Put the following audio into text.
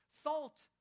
Salt